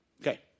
Okay